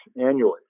annually